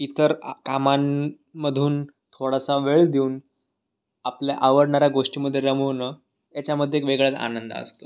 इतर आ कामांमधून थोडासा वेळ देऊन आपल्या आवडणाऱ्या गोष्टीमध्ये रमवणं याच्यामध्ये एक वेगळाच आनंद असतो